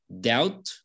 doubt